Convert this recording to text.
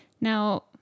Now